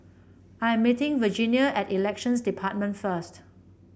I am meeting Virginia at Elections Department first